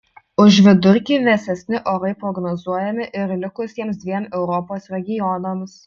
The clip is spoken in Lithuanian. už vidurkį vėsesni orai prognozuojami ir likusiems dviem europos regionams